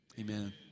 amen